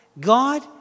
God